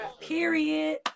period